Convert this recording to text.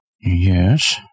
Yes